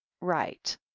right